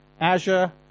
Azure